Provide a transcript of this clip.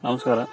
ನಮಸ್ಕಾರ